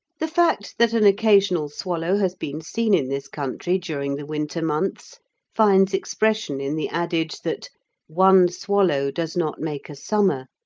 the fact that an occasional swallow has been seen in this country during the winter months finds expression in the adage that one swallow does not make a summer,